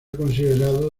considerado